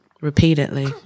repeatedly